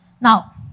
Now